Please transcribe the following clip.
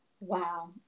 wow